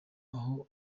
aho